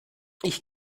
ich